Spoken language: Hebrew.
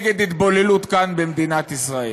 נגד התבוללות כאן במדינת ישראל.